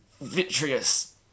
vitreous